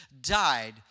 died